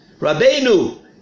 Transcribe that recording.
Rabbeinu